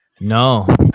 No